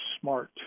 smart